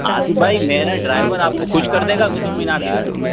آصف بھائی میرا ڈرائیور آپ کو خوش کر دے گا قُطُب مینار دکھا کے